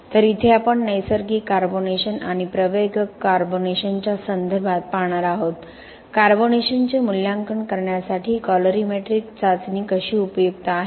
तर इथे आपण नैसर्गिक कार्बोनेशन आणि प्रवेगक कार्बोनेशनच्या संदर्भात पाहणार आहोत कार्बोनेशनचे मूल्यांकन करण्यासाठी कॉलरीमेट्रीक चाचणी कशी उपयुक्त आहे